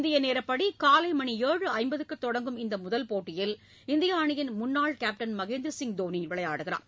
இந்திய நேரப்படி காலை மணி ஏழு ஐம்பதுக்கு தொடங்கும் இந்த முதல் போட்டியில் இந்திய அணியின் முன்னாள் கேப்டன் மகேந்திரசிங் தோனி விளையாடுகிறார்